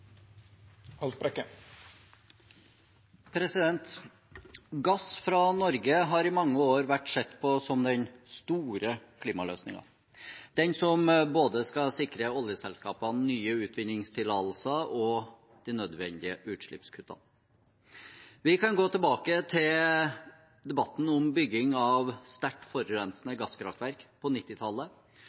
5. Gass fra Norge har i mange år vært sett på som den store klimaløsningen, den som skal sikre oljeselskapene både nye utvinningstillatelser og de nødvendige utslippskuttene. Vi kan gå tilbake til debatten om bygging av sterkt forurensende gasskraftverk på